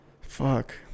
fuck